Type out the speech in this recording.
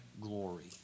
glory